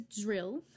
drill